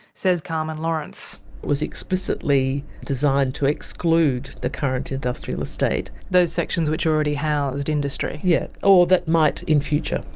says carmen lawrence. it was explicitly designed to exclude the current industrial estate. those sections which already housed industry? yes, or that might in future,